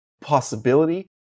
possibility